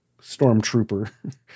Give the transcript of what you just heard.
stormtrooper